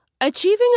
Achieving